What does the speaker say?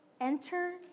enter